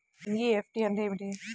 NEFT అంటే ఏమిటి?